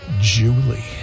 Julie